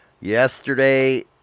yesterday